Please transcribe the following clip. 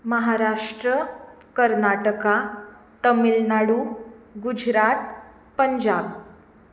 Maharashtra Karnataka Tamil Nadu Gujarat Punjab